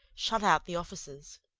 shut out the offices.